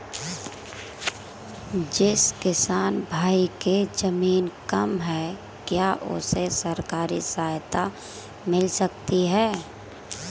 जिस किसान भाई के ज़मीन कम है क्या उसे सरकारी सहायता मिल सकती है?